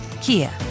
kia